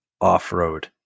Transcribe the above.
off-road